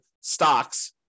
stocks